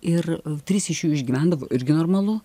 ir trys iš jų išgyvendavo irgi normalu